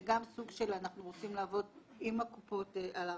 זה גם סוג שאנחנו רוצים לעבוד עם הקופות על הרשמים.